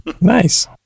nice